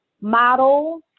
model